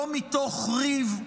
לא מתוך ריב,